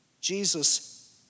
Jesus